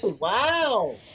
wow